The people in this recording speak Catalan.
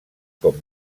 com